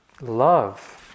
love